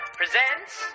presents